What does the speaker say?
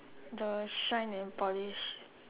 the shine and polish